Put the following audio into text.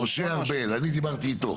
משה ארבל, אני דיברתי איתו.